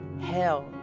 hell